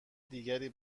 دیگری